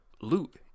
loot